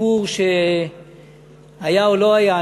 סיפור שהיה או לא היה,